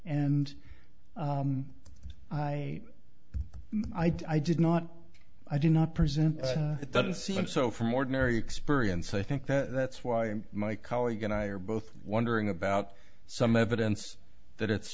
and i i did not i did not present it doesn't seem so from ordinary experience i think that's why my colleague and i are both wondering about some evidence that it's